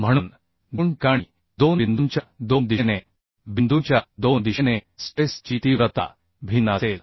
म्हणून दोन ठिकाणी दोन बिंदूंच्या दोन दिशेने स्ट्रेस ची तीव्रता भिन्न असेल